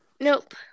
Nope